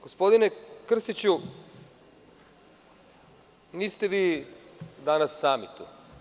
Gospodine Krstiću, niste vi danas sami tu.